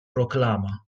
proklama